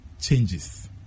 changes